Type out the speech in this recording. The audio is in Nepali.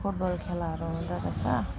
फुटबल खेलाहरू हुँदोरहेछ